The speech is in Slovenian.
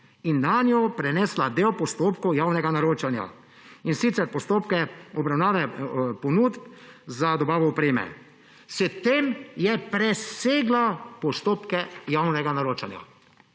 in nanjo prenesla del postopkov javnega naročanja, in sicer postopke obravnave ponudb za dobavo opreme. S tem je presegla postopke javnega naročanja